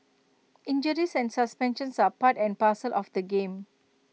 injuries and suspensions are part and parcel of the game